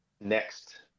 next